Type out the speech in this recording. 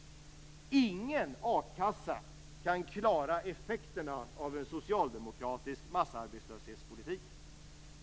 Ingen a-kassa kan klara effekterna av en socialdemokratisk massarbetslöshetspolitik.